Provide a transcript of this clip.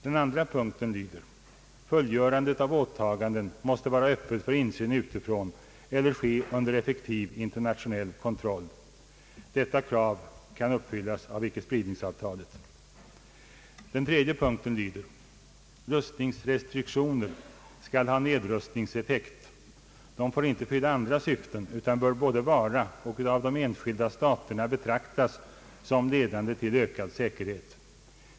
Den andra punkten lyder: »Fullgörandet av åtaganden måste vara öppet för insyn utifrån eHer ske under effektiv internationell kontroll.» Detta krav kan uppfyllas av ickespridningsavtalet. Den tredje punkten lyder: »Rustningsrestriktioner skall ha nedrustningseffekt. De får inte fylla andra syften utan bör både vara och utav de enskilda staterna betraktas som ledande till ökad säkerhet.